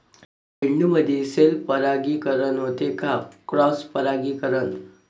झेंडूमंदी सेल्फ परागीकरन होते का क्रॉस परागीकरन?